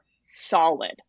solid